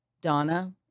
Donna